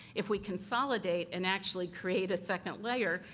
if we consolidate and actually create a second layer,